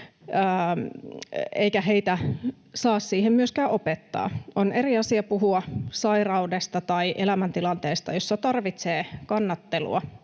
eikä heitä saa siihen myöskään opettaa. On eri asia puhua sairaudesta tai elämäntilanteesta, jossa tarvitsee kannattelua,